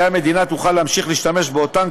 כי המדינה תוכל להמשיך להשתמש באותן